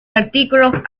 artículos